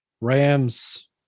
Rams